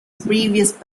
previous